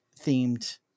themed